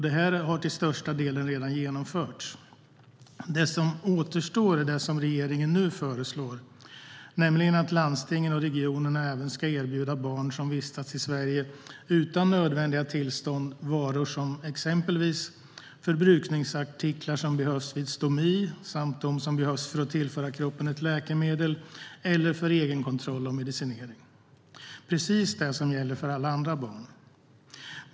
Detta har till största delen redan genomförts. Det som återstår är det som regeringen nu föreslår, nämligen att landstingen och regionerna även ska erbjuda barn som vistas i Sverige utan nödvändiga tillstånd varor som exempelvis förbrukningsartiklar som behövs vid stomi samt de som behövs för att tillföra kroppen ett läkemedel eller för egenkontroll av medicinering - precis det som gäller för alla andra barn.